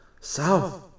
South